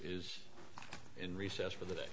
is in recess for the day